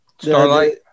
Starlight